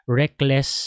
reckless